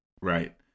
Right